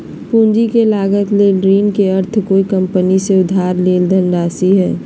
पूंजी के लागत ले ऋण के अर्थ कोय कंपनी से उधार लेल धनराशि हइ